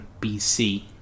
BC